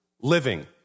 living